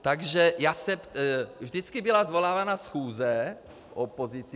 Takže já se vždycky byla svolávána schůze opozicí.